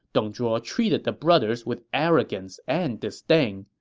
dong zhuo treated the brothers with arrogance and disdain.